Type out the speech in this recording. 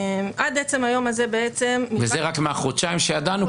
עד עצם היום הזה בעצם --- וזה רק מהחודשיים שידענו,